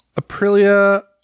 Aprilia